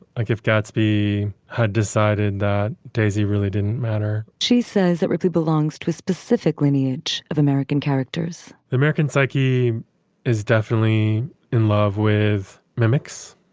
like if gatsby had decided that daisy really didn't matter she says it really belongs to a specific lineage of american characters the american psyche is definitely in love with mimics.